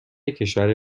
کشور